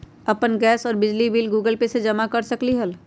अपन गैस और बिजली के बिल गूगल पे से जमा कर सकलीहल?